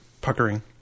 puckering